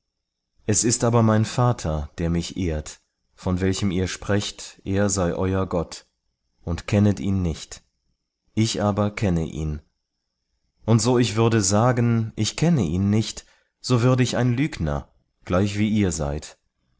es ist aber mein vater der mich ehrt von welchem ihr sprecht er sei euer gott und kennet ihn nicht ich aber kenne ihn und so ich würde sagen ich kenne ihn nicht so würde ich ein lügner gleichwie ihr seid